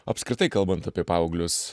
apskritai kalbant apie paauglius